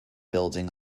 building